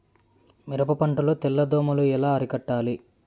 మిరప పంట లో తెల్ల దోమలు ఎలా అరికట్టాలి?